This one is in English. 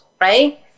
right